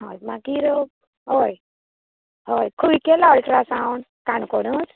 हय मागीर हय हय खंय केला अट्रासाउंड काणकोणाच